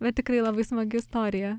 bet tikrai labai smagi istorija